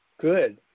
Good